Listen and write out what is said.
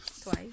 Twice